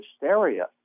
hysteria